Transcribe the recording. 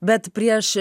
bet prieš